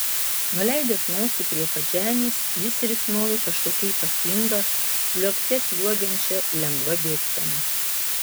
nuleidęs nosį prie pat žemės jis risnojo kažkokia ypatinga sliuogte sliuogiančia lengva bėgsena